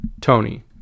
tony